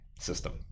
system